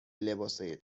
لباسای